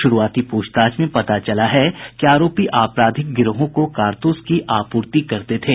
शूरूआती पूछताछ में पता चला है कि आरोपी आपराधिक गिरोहों को कारतूस की आपूर्ति करते थे